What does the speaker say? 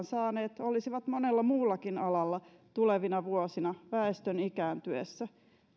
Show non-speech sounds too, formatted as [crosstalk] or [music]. [unintelligible] saaneet olisivat monella muullakin alalla tulevina vuosina väestön ikääntyessä